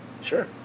Sure